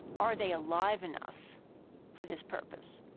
are they alive enough for this purpose?